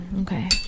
okay